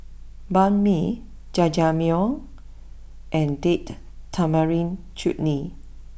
Banh Mi Jajangmyeon and date Tamarind Chutney